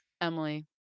Emily